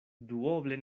duoble